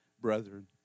brethren